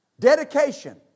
Dedication